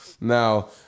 Now